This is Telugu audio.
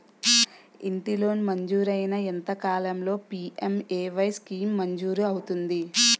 ఇంటి లోన్ మంజూరైన ఎంత కాలంలో పి.ఎం.ఎ.వై స్కీమ్ మంజూరు అవుతుంది?